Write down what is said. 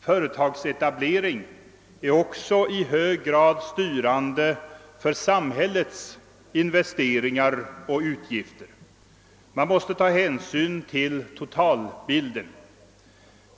Företagsetablering är också i hög grad styrande för samhällets investeringar och utgifter. Man måste ta hänsyn till totalbilden.